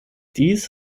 dies